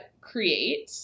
create